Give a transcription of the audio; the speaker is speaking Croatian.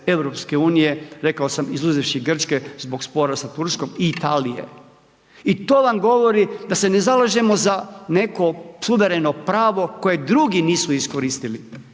članice EU, rekao sam izuzevši Grčke zbog spora sa Turskom i Italije. I to vam govori da se ne zalažemo za neko suvereno pravo koje drugi nisu iskoristili.